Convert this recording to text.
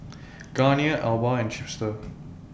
Garnier Alba and Chipster